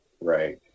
Right